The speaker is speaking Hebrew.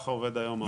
ככה עובד היום העולם.